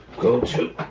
go to